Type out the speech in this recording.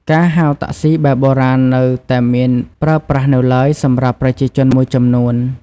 ការហៅតាក់ស៊ីបែបបុរាណនៅតែមានប្រើប្រាស់នៅឡើយសម្រាប់ប្រជាជនមួយចំនួន។